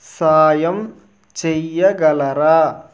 సహాయం చెయ్యగలరా